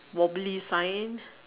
wobbly signs